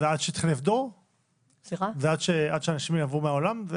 אז זה עד שאנשים יעברו מהעולם?